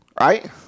right